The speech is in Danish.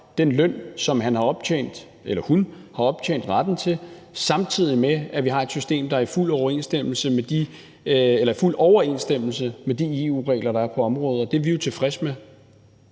den ferie, som han eller hun har optjent retten til. For det andet har vi samtidig et system, der er i fuld overensstemmelse med de EU-regler, der er på området. Det er vi jo tilfredse med.